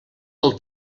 del